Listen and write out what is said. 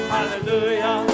Hallelujah